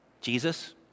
Jesus